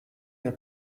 der